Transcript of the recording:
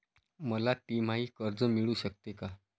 मला तिमाही कर्ज मिळू शकते का?